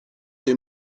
des